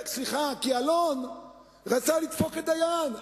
כי אלון רצה לדפוק את דיין.